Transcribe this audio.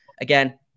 again